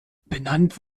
benannt